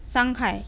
Shanghai